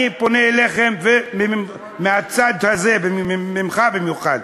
אני פונה אליכם מהצד הזה, אליך במיוחד,